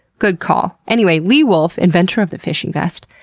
good call. anyway, lee wulff, inventor of the fishing vest,